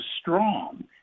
strong